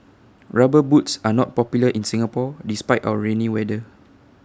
rubber boots are not popular in Singapore despite our rainy weather